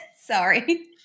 sorry